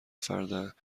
فرد